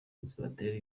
zibatera